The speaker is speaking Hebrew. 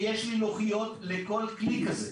יש לוחיות לכל כלי כזה.